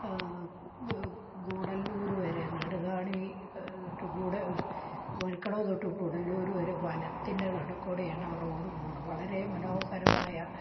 ഗുഡല്ലൂർ വരെ നാടുകാണി ഗുഡ വഴിക്കടവ് തൊട്ട് ഗൂഡല്ലൂർ വരെ വനത്തിൻ്റെ നടുവിൽ കൂടിയാണ് ആ റോഡ് പോണ് വളരെ മനോഹരമായ